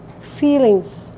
feelings